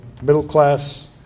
middle-class